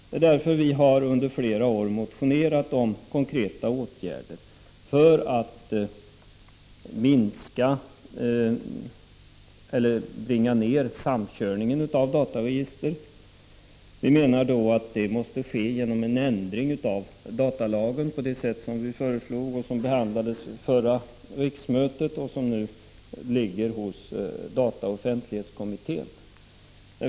Det är därför vi i flera år har motionerat om konkreta åtgärder för att tvinga ned omfattningen av samkörning av dataregister. Detta menar vi måste ske genom en ändring av datalagen enligt det av oss framlagda förslag som behandlades vid förra riksmötet och som nu ligger hos dataoch offentlighetskommittén.